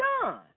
done